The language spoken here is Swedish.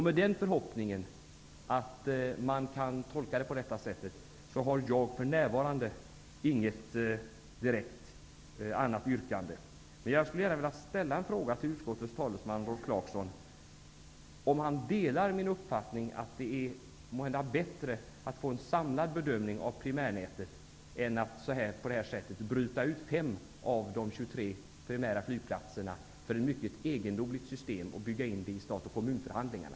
Med förhoppningen att man kan tolka det på detta sätt, har jag för närvarande inget direkt annat yrkande. Men jag skulle gärna vilja ställa en fråga till utskottsmajoritetens talesman Rolf Clarkson om han delar min uppfattning att det måhända är bättre att få en samlad bedömning av primärnätet än att på detta sätt bryta ut fem av de 23 primära flygplatserna för ett mycket egendomligt system och bygga in det i stat och kommunförhandlingarna.